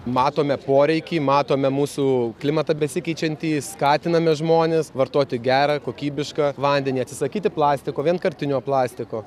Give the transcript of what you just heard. matome poreikį matome mūsų klimatą besikeičiantį skatiname žmones vartoti gerą kokybišką vandenį atsisakyti plastiko vienkartinio plastiko